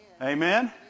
Amen